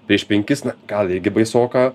prieš penkis na gal irgi baisoka